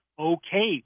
okay